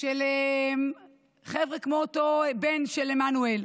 של חבר'ה כמו אותו בן של עמנואל.